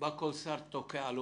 כל שר שבא תוקע עוד